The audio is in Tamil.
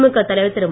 திமுக தலைவர் திரு